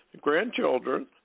grandchildren